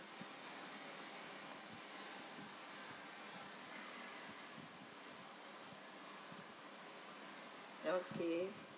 okay